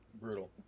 Brutal